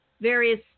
various